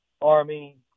Army